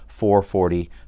440